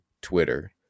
Twitter